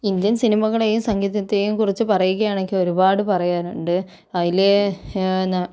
Indian സിനിമകളേയും സംഗീതത്തേയും കുറിച്ച് പറയുകയാണെങ്കിൽ ഒരുപാട് പറയാനുണ്ട് അതില്